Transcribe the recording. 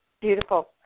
Beautiful